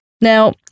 Now